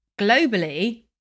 globally